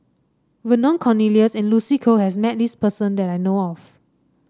Vernon Cornelius and Lucy Koh has met this person that I know of